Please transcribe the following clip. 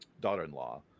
daughter-in-law